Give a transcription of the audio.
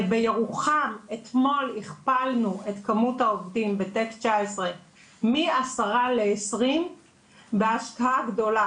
בירוחם אתמול הכפלנו את כמות העובדים בטק-19 מעשרה ל-20 בהשקעה גדולה.